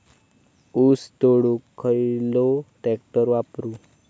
ऊस तोडुक खयलो ट्रॅक्टर वापरू?